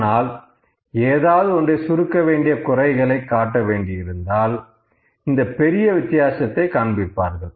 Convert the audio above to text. ஆனால் ஏதாவது சுருக்க வேண்டிய குறைகளை காட்ட வேண்டியிருந்தால் இந்த பெரிய வித்தியாசத்தை காண்பிப்பார்கள்